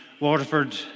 Waterford